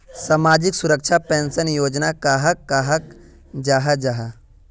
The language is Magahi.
सामाजिक सुरक्षा पेंशन योजना कहाक कहाल जाहा जाहा?